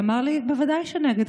אמר לי: בוודאי שנגד.